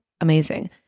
amazing